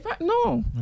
No